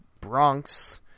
Bronx